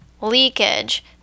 leakage